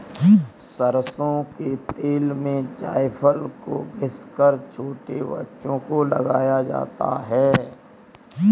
सरसों के तेल में जायफल को घिस कर छोटे बच्चों को लगाया जाता है